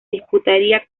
disputaría